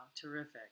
Terrific